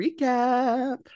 recap